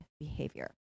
behavior